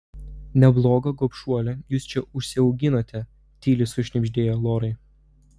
neblogą gobšuolę jūs čia užsiauginote tyliai sušnibždėjo lorai